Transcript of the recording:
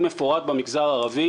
מאה אחוז.